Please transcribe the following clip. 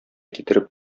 китереп